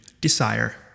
desire